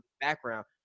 background